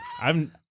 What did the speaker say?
I'm-